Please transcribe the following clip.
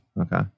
Okay